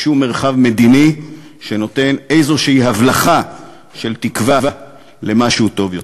לשום מרחב מדיני שנותן איזושהי הבלחה של תקווה למשהו טוב יותר.